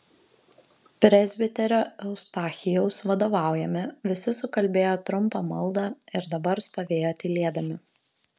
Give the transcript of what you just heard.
presbiterio eustachijaus vadovaujami visi sukalbėjo trumpą maldą ir dabar stovėjo tylėdami